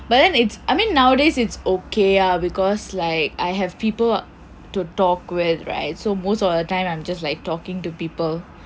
ya but then it's I mean nowadays it's ok ah because like I have people to talk with right so most of the time I'm just like talking to people